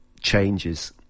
changes